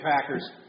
Packers